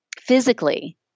physically